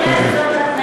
אין לנו מה לעשות אתם,